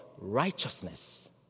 righteousness